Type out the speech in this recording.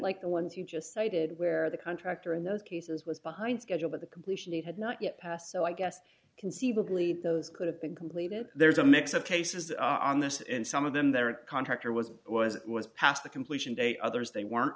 like the ones you just cited where the contractor in those cases was behind schedule but the completion date had not yet passed so i guess conceivably those could have been completed there's a mix of cases on this and some of them there a contractor was it was it was passed the completion date others they weren't